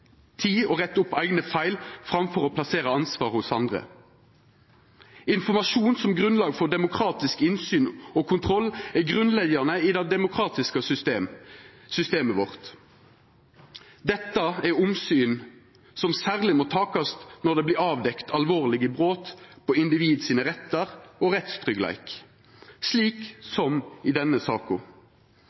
å retta opp eigne feil framfor å plassera ansvar hos andre. Informasjon som grunnlag for demokratisk innsyn og kontroll er grunnleggjande i det demokratiske systemet vårt. Dette er omsyn som særleg må takast når det vert avdekt alvorlege brot på individet sine rettar og rettstryggleik, slik som i denne saka.